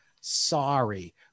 sorry